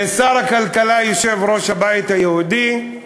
שר הכלכלה, יושב-ראש הבית היהודי,